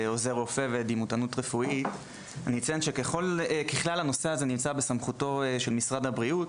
ודימותנות רפואית נמצא בסמכותו של משרד הבריאות.